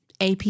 AP